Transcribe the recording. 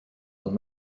ond